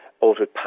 altered